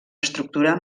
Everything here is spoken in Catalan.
estructura